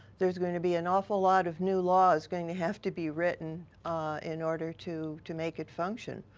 there is going to be an awful lot of new laws that's going to have to be written in order to to make it function.